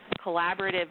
collaborative